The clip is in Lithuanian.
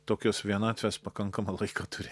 tokios vienatvės pakankamą laiką turėt